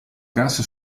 cassa